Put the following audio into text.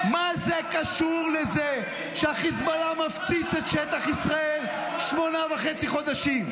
מה זה קשור לזה שהחיזבאללה מפציץ את שטח ישראל שמונה וחצי חודשים?